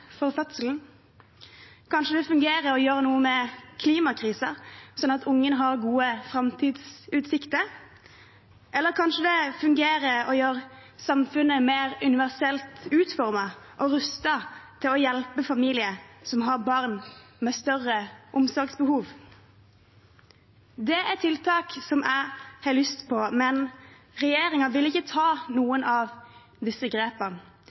for fødselen? Kanskje det fungerer å gjøre noe med klimakrisen, slik at barnet har gode framtidsutsikter? Eller kanskje det fungerer å gjøre samfunnet mer universelt utformet og rustet til å hjelpe familier som har barn med større omsorgsbehov? Det er tiltak som jeg har lyst på, men regjeringen vil ikke ta noen av disse grepene.